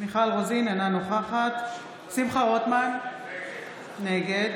אינה נוכחת שמחה רוטמן, נגד